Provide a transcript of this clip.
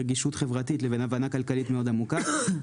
רגישות חברתית לבין הבנה כלכלית מאוד עמוקה.